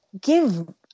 give